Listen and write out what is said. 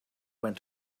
went